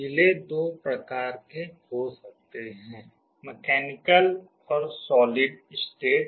relay दो प्रकार के हो सकते हैं मैकेनिकल और सॉलिड स्टेट